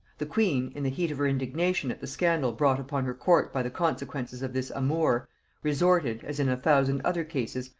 the queen, in the heat of her indignation at the scandal brought upon her court by the consequences of this amour, resorted, as in a thousand other cases,